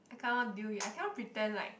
I can't do it I cannot pretend like